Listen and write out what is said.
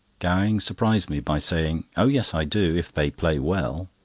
gowing surprised me by saying oh yes, i do, if they play well,